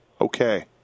Okay